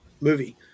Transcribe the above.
movie